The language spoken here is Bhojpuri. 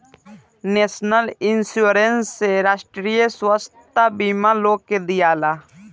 नेशनल इंश्योरेंस से राष्ट्रीय स्वास्थ्य बीमा लोग के दियाला